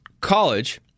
college